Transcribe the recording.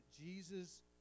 Jesus